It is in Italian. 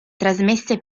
trasmesse